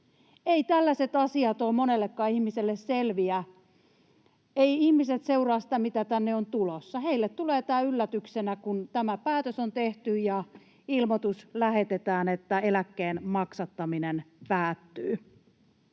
tällaiset asiat ole monellekaan ihmiselle selviä. Eivät ihmiset seuraa sitä, mitä tänne on tulossa. Heille tulee tämä yllätyksenä, kun tämä päätös on tehty ja lähetetään ilmoitus, että eläkkeen maksattaminen päättyy.